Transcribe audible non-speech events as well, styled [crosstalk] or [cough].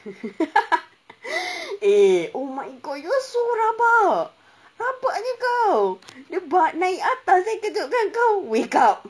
[laughs] eh oh my god you are so rubber hapak punya kau dia ba naik atas eh kejutkan kau wake up